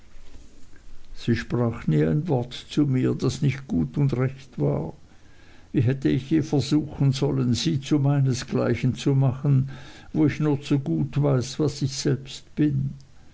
sie sprach nie ein wort zu mir das nicht gut und recht war wie hätte ich je versuchen sollen sie zu meinesgleichen zu machen wo ich nur zu gut weiß was ich selbst bin